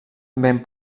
ben